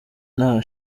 nta